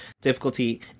difficulty